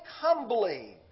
humbly